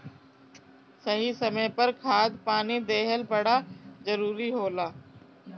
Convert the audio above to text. सही समय पर खाद पानी देहल बड़ा जरूरी होला